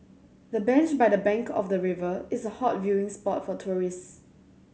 the bench by the bank of the river is a hot viewing spot for tourist